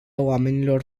oamenilor